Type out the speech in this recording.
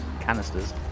canisters